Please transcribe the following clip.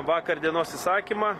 vakar dienos įsakymą